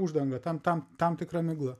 uždanga tam tam tam tikra migla